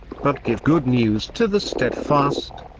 but give good news to the steadfast.